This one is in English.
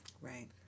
Right